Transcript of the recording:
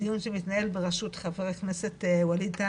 דיון שמתנהל ברשות חה"כ וליד טאהא